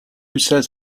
says